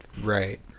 right